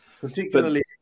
particularly